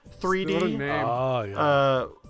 3D